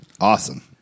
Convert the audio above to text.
Awesome